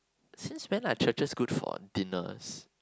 since when are churches good for dinners